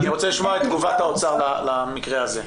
אני רוצה לשמוע את תגובת האוצר למקרה הזה.